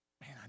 man